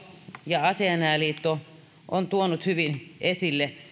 ja asianajajaliitto ovat tuoneet hyvin esille